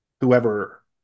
whoever